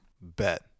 Bet